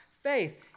faith